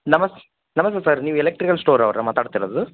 ನಮಸ್ ನಮಸ್ತೆ ಸರ್ ನೀವು electrical store ಅವ್ರಾ ಮಾತಾಡ್ತಿರೋದು